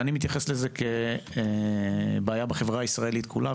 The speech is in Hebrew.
אני מתייחס לזה כאל בעיה בחברה הישראלית כולה.